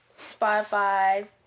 Spotify